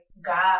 God